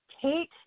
Kate